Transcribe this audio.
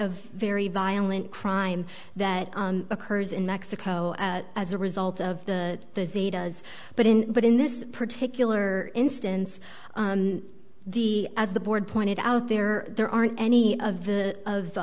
of very violent crime that occurs in mexico as a result of the does but in but in this particular instance the as the board pointed out there there aren't any of the of the